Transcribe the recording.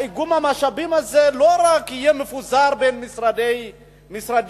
איגום המשאבים הזה לא רק יהיה מפוזר בין המשרדים השונים,